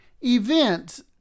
events